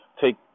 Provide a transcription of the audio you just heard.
take